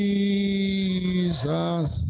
Jesus